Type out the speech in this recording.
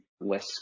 less